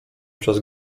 przez